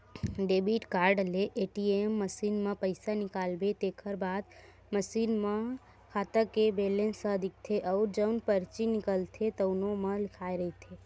debit card ले ATM machine म पइसा निकालबे तेखर बाद मसीन म खाता के बेलेंस ह दिखथे अउ जउन परची निकलथे तउनो म लिखाए रहिथे